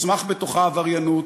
תצמח בתוכה עבריינות,